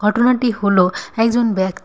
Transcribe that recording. ঘটনাটি হল একজন ব্যক্তি